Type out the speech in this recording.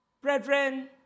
Brethren